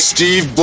Steve